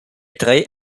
drei